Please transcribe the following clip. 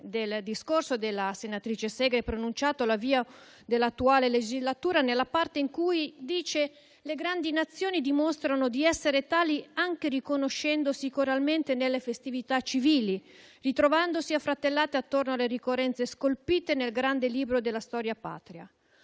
del discorso della senatrice Segre, pronunciato all'avvio dell'attuale legislatura, nella parte in cui dice che le grandi Nazioni dimostrano di essere tali anche riconoscendosi coralmente nelle festività civili, ritrovandosi affratellate attorno alle ricorrenze scolpite nel grande libro della storia patria.